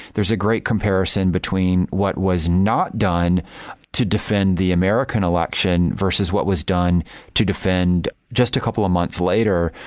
there's a great comparison between what was not done to defend the american election versus what was done to defend just a couple of months later,